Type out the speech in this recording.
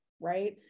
right